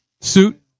suit